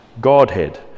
Godhead